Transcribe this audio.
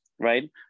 Right